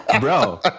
Bro